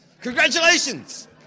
Congratulations